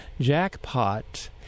jackpot